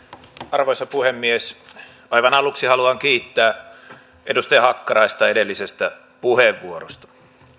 arvoisa puhemies aivan aluksi haluan kiittää edustaja hakkaraista edellisestä puheenvuorosta